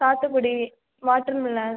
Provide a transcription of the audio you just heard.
சாத்துக்குடி வாட்டர்மிலன்